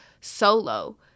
solo